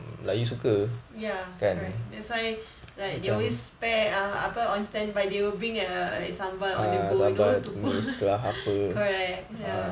ya correct that's why like they always pair err apa on standby they will bring err like sambal on the go you know to correct ya